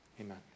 amen